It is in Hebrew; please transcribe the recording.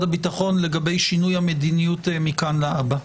הביטחון לגבי שינוי המדיניות מכאן להבא.